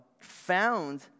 found